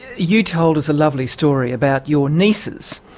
you told us a lovely story about your nieces